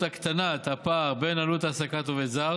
הקטנת הפער בין עלות העסקת עובד זר